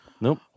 nope